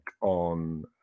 on